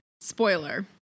Spoiler